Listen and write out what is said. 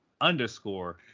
underscore